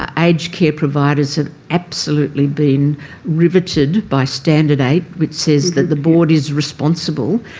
ah aged care providers have absolutely been riveted by standard eight, which says that the board is responsible,